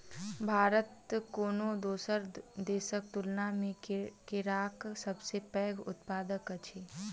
भारत कोनो दोसर देसक तुलना मे केराक सबसे पैघ उत्पादक अछि